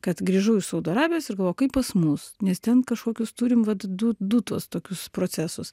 kad grįžau iš saudo arabijos ir galvoju o kaip pas mus nes ten kažkokius turim vat du du tuos tokius procesus